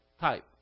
type